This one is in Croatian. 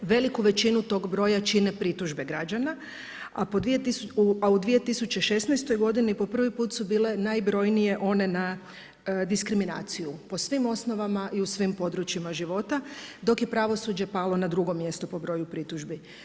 Veliku većinu tog broja čine pritužbe građana a u 2016. po prvi put su bile najbrojnije one na diskriminaciju po svim osnovama i u svim područjima života dok je pravosuđe palo na drugo mjesto po broju pritužbi.